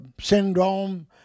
syndrome